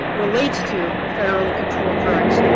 relates to federally controlled drugs.